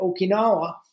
Okinawa